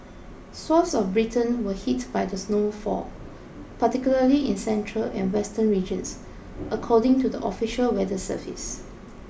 swathes of Britain were hit by the snowfall particularly in central and western regions according to the official weather service